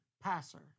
PASSER